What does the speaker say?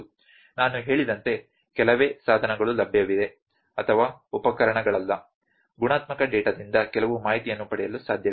ನಾನು ಹೇಳಿದಂತೆ ಕೆಲವೇ ಸಾಧನಗಳು ಲಭ್ಯವಿವೆ ಅಥವಾ ಉಪಕರಣಗಳಲ್ಲ ಗುಣಾತ್ಮಕ ಡೇಟಾದಿಂದ ಕೆಲವು ಮಾಹಿತಿಯನ್ನು ಪಡೆಯಲು ಲಭ್ಯವಿಲ್ಲ